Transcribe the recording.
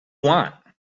want